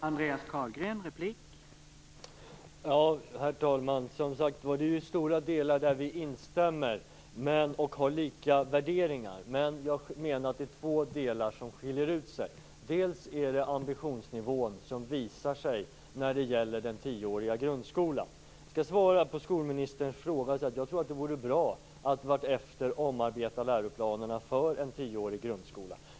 Herr talman! Som sagt var: I stora delar instämmer vi och har lika värderingar. Men jag menar att det är två delar som skiljer ut sig. Det ena är ambitionsnivån, som visar sig när det gäller den tioåriga grundskolan. Jag skall svara på skolministerns fråga och säga att jag tror att det vore bra att efter hand omarbeta läroplanerna för en tioårig grundskola.